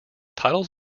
titles